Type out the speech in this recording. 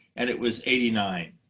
and it was eighty nine,